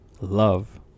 love